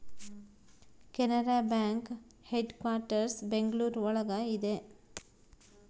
Canara bank headquarters Bengaluru ಒಳಗ ಇದೆ